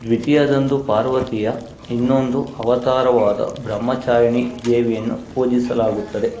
ದ್ವಿತೀಯದಂದು ಪಾರ್ವತಿಯ ಇನ್ನೊಂದು ಅವತಾರವಾದ ಬ್ರಹ್ಮಚಾರಿಣೀ ದೇವಿಯನ್ನು ಪೂಜಿಸಲಾಗುತ್ತದೆ